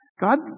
God